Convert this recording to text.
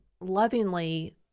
lovingly